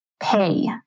pay